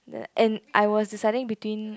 and I was deciding between